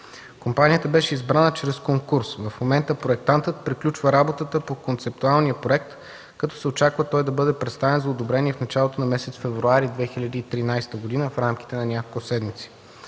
Компанията беше избрана чрез конкурс. В момента проектантът приключва работата по концептуалния проект, като се очаква той да бъде представен за одобрение в началото на месец февруари 2013 г. – в рамките на няколко седмици.